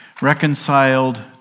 reconciled